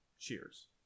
Cheers